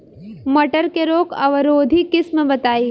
मटर के रोग अवरोधी किस्म बताई?